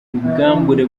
ubwambure